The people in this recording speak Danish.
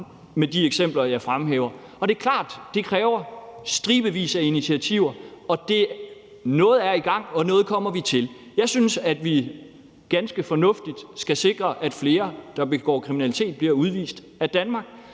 med de eksempler, jeg fremhæver, og det er klart, at det kræver stribevis af initiativer. Noget er i gang, og noget kommer vi til. Jeg synes, at vi ganske fornuftigt skal sikre, at flere, der begår kriminalitet, bliver udvist af Danmark,